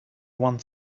one